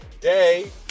day